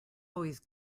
always